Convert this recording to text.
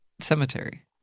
cemetery